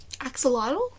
Axolotl